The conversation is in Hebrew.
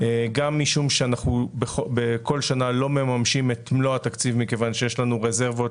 גם משום שבכל שנה אנחנו לא מממשים את מלוא התקציב מכיוון שיש לנו רזרבות